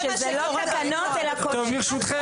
ברשותכם,